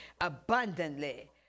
abundantly